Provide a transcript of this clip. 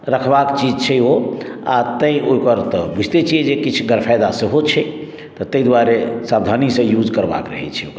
रखबाक चीज छै ओ आ तेँ ओहिपर तऽ बुझिते छियै जे किछु गरफायदा सेहो छै तऽ ताहि दुआरे सावधानीसँ यूज करबाक रहैत छै